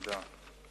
תודה.